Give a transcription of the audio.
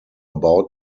about